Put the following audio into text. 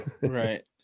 Right